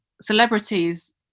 celebrities